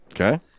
okay